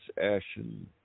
ashen